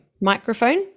microphone